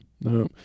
no